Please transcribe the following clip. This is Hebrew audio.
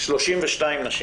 32 נשים.